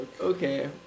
Okay